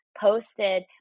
posted